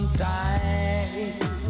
time